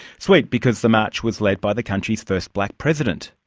sweet because the march was led by the country's first black president.